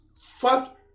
fuck